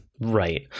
right